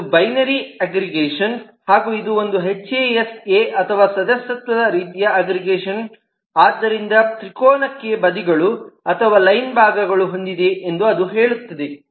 ಇದು binary aggregation ಹಾಗೂ ಇದು ಒಂದು ಹೆಚ್ಎಎಸ್ ಎ HAS A ಅಥವಾ ಸದಸ್ಯತ್ವ ರೀತಿಯ ಅಗ್ರಿಗೇಷನ್ ಆದ್ದರಿಂದ ತ್ರಿಕೋನಕ್ಕೆ ಬದಿಗಳು ಅಥವಾ ಲೈನ್ ಭಾಗಗಳನ್ನು ಹೊಂದಿದೆ ಎಂದು ಅದು ಹೇಳುತ್ತದೆ